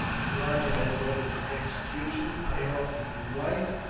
the rajah has ordered your execution. i offer you life,